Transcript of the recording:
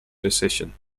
decision